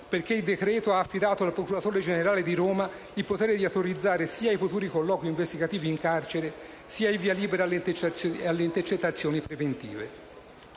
perché il decreto-legge ha affidato al procuratore generale di Roma il potere di autorizzare sia i futuri colloqui investigativi in carcere, sia il via libera alle intercettazioni preventive.